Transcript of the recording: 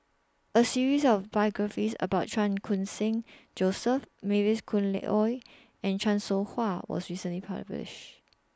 A series of biographies about Chan Khun Sing Joseph Mavis Khoo Oei and Chan Soh Ha was recently published